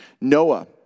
Noah